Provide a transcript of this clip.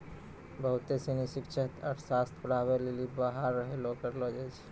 बहुते सिनी शिक्षक अर्थशास्त्र पढ़ाबै लेली बहाल सेहो करलो जाय छै